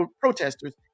protesters